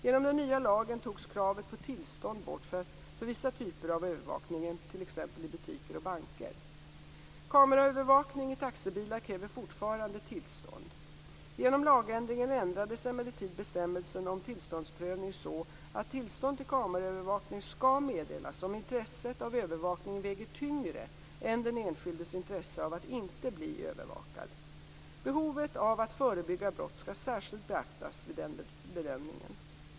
Genom den nya lagen togs kravet på tillstånd bort för vissa typer av övervakning, t.ex. i butiker och banker. Kameraövervakning i taxibilar kräver fortfarande tillstånd. Genom lagändringen ändrades emellertid bestämmelsen om tillståndsprövning så att tillstånd till kameraövervakning skall meddelas om intresset av övervakningen väger tyngre än den enskildes intresse av att inte bli övervakad. Behovet av att förebygga brott skall särskilt beaktas vid den bedömningen.